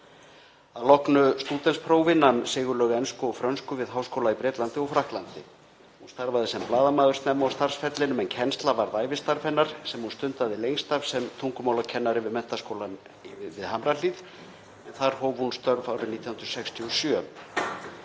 Að loknu stúdentsprófi nam Sigurlaug ensku og frönsku við háskóla í Bretlandi og Frakklandi. Hún starfaði sem blaðamaður um tíma, snemma á starfsferlinum, en kennsla varð ævistarf hennar sem hún stundaði lengst af sem tungumálakennari við Menntaskólann við Hamrahlíð, en þar hóf hún störf árið 1967.